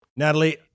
Natalie